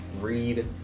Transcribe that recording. read